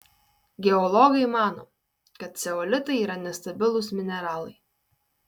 geologai mano kad ceolitai yra nestabilūs mineralai